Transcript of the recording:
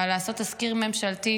אבל לעשות תזכיר ממשלתי,